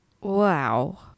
wow